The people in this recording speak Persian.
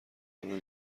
همه